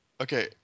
Okay